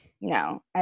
No